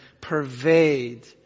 pervade